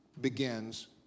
begins